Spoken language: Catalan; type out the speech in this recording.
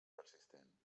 persistent